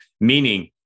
Meaning